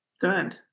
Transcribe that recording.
good